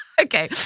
Okay